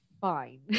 fine